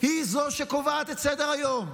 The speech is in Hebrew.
היא שקובעת את סדר-היום,